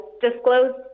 disclose